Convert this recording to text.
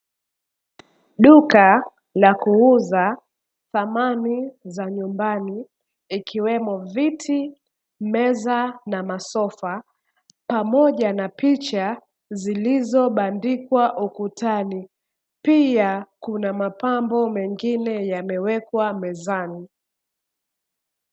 Duka la kuuza samani za nyumbani, ikiwemo viti, meza na masofa, pamoja na picha zilizobandikwa ukutani, pia kuna mapambo mengine yamewekwa mezani.